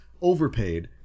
overpaid